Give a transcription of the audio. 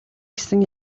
гэсэн